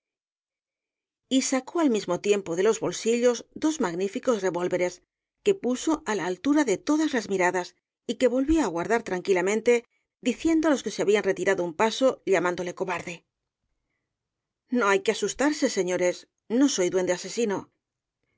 y sacó al mismo tiempo de los bolsillos dos magníficos revólveres que puso á la altura de todas las miradas y que volvió á guardar tranquilamente d i ciendo á los que se habían retirado un paso llamándole cobarde no hay que asustarse señores no soy duende asesino